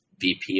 VP